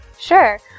Sure